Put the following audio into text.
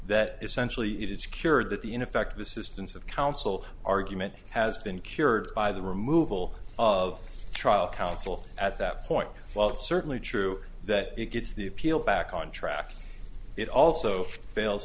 that essentially it is cured that the ineffective assistance of counsel argument has been cured by the removal of trial counsel at that point well it's certainly true that it gets the appeal back on track it also fails